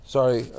Sorry